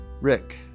Rick